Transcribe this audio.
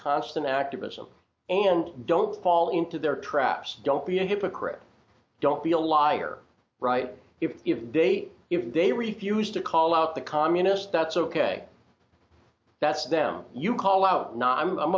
constant activism and don't fall into their traps don't be a hypocrite don't be a liar right if they if they refuse to call out the communists that's ok that's them you call out nah i'm